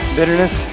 bitterness